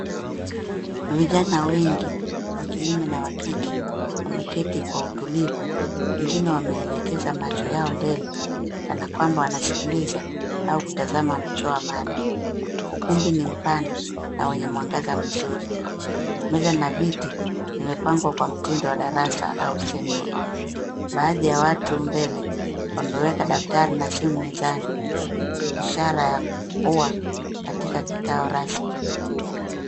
Vijana wengi wa kiume na wa kike, wameketi kwa utulivu. Wengine wameelekeza macho yao mbele kana kwamba wanasikiliza au kutazama mtoa mada. Ukumbi ni mpana na wenye mwangaza mzuri. Meza na viti vimepangwa kwa mtindo wa darasa la usemila. Baadhi ya watu mbele wameweka daftari na simu mezani, ishara ya kuwa katika kikao rasmi.